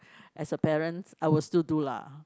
as a parents I will still do lah